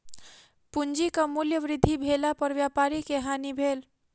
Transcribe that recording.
पूंजीक मूल्य वृद्धि भेला पर व्यापारी के हानि भेल